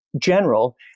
general